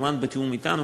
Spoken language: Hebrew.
וכמובן בתיאום אתנו,